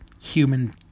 human